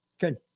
Good